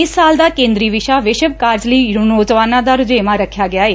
ਇਸ ਸਾਲ ਦਾ ਕੇਂਦਰੀ ਵਿਸ਼ਾ ਵਿਸ਼ਵ ਕਾਰਜ ਲਈ ਨੌਜਵਾਨਾਂ ਦਾ ਰੁਝੇਵਾਂ ਰੱਖਿਆ ਗਿਆ ਏ